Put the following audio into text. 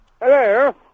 Hello